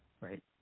right